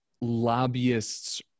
lobbyists